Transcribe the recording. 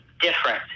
different